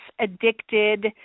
addicted